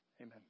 Amen